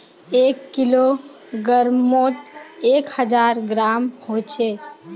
एक किलोग्रमोत एक हजार ग्राम होचे